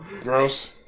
Gross